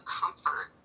comfort